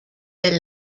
the